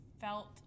felt